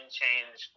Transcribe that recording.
change